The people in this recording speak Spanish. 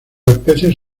especies